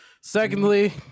secondly